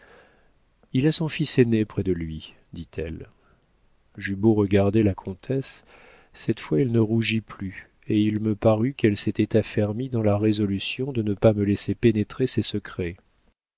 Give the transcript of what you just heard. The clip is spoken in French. il a son fils aîné près de lui dit-elle j'eus beau regarder la comtesse cette fois elle ne rougit plus et il me parut qu'elle s'était affermie dans la résolution de ne pas me laisser pénétrer ses secrets